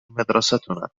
مدرستنا